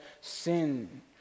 sin